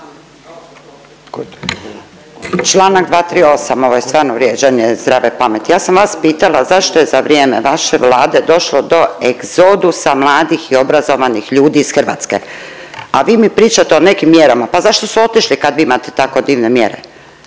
Čl. 238. Ovo je stvarno vrijeđanje zdrave pameti. Ja sam vas pitala zašto je za vrijeme vaše Vlade došlo do egzodusa mladih i obrazovanih ljudi iz Hrvatske, a vi mi pričate o nekim mjerama. Pa zašto su otišli kad imate tako divne mjere.